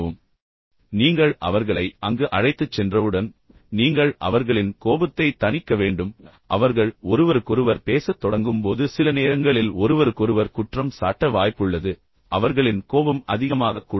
இப்போது நீங்கள் அவர்களை அங்கு அழைத்துச் சென்றவுடன் நீங்கள் அவர்களின் கோபத்தைத் தணிக்க வேண்டும் அல்லது குறைக்க வேண்டும் எனவே அவர்கள் ஒருவருக்கொருவர் பேசத் தொடங்கும் போது சில நேரங்களில் ஒருவருக்கொருவர் குற்றம் சாட்ட வாய்ப்புள்ளது மேலும் அவர்களின் கோபம் அதிகமாகக்கூடும்